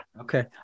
okay